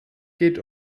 geht